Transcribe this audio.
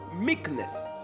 meekness